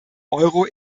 euro